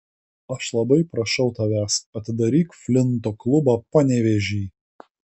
aš labai prašau tavęs atidaryk flinto klubą panevėžy